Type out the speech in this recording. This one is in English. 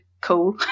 cool